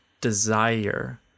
desire